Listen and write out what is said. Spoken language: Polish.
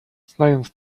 znając